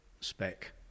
spec